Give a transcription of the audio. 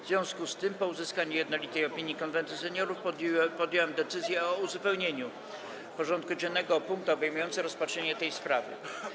W związku z tym, po uzyskaniu jednolitej opinii Konwentu Seniorów, podjąłem decyzję o uzupełnieniu porządku dziennego o punkt obejmujący rozpatrzenie tej sprawy.